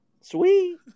Sweet